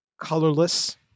colorless